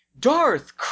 Darth